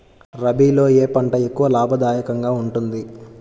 రబీలో ఏ పంట ఎక్కువ లాభదాయకంగా ఉంటుంది?